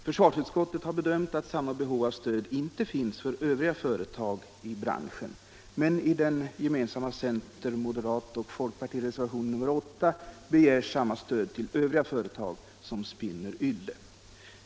Försvarsutskottet har bedömt att samma behov av stöd inte finns för övriga företag i branschen. Men i centerns, moderaternas och folkpartiets gemensamma reservation, nr 8, begärs samma stöd till övriga företag som spinner ylle.